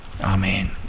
Amen